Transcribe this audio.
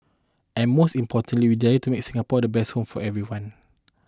and most importantly we desire to make Singapore to best home for everyone